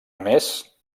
més